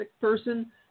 person